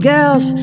Girls